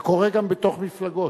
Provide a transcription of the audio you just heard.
זה קורה גם בתוך מפלגות.